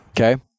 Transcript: Okay